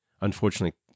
unfortunately